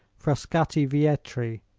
frascatti vietri,